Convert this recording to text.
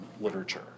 literature